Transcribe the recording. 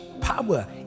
power